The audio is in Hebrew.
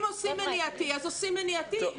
אם עושים מניעתי, אז עושים מניעתי.